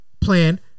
plan